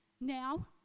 now